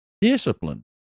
discipline